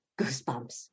Goosebumps